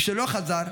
משלא חזר,